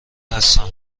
هستم